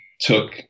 took